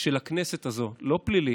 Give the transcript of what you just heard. של הכנסת הזאת, לא פלילי,